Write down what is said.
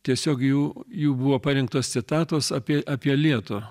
tiesiog jų jų buvo parinktos citatos apie apie lietų